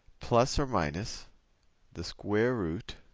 plus or minus the square root